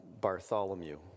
Bartholomew